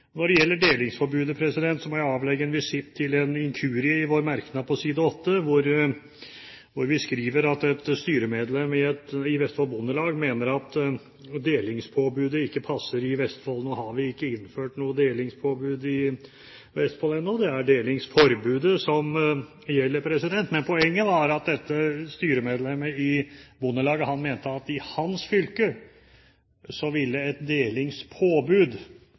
Når det gjelder delingsforbudet, må jeg avlegge en visitt til en inkurie i vår merknad på side 4, hvor vi skriver at et styremedlem i Vestfold Bondelag mener at delingspåbudet ikke passer i Vestfold. Nå har vi ikke innført noe delingspåbud i Vestfold ennå, det er delingsforbudet som gjelder. Men poenget var at dette styremedlemmet i bondelaget mente at i hans fylke ville et delingspåbud